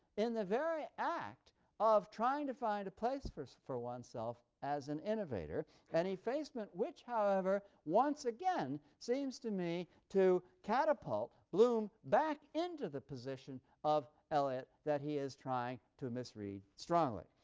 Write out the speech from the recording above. in the very act of trying to find a place for so for oneself as an innovator an effacement which, however, once again seems to me to catapult bloom back into the position of eliot that he is trying to misread strongly.